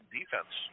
defense